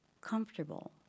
comfortable